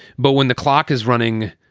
but when the clock is running,